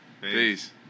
Peace